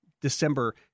December